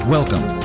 Welcome